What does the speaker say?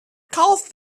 calf